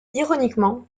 ironiquement